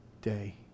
day